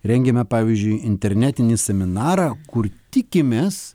rengiame pavyzdžiui internetinį seminarą kur tikimės